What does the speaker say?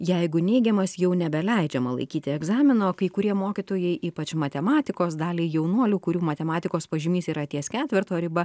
jeigu neigiamas jau nebeleidžiama laikyti egzamino kai kurie mokytojai ypač matematikos dalį jaunuolių kurių matematikos pažymys yra ties ketverto riba